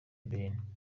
ben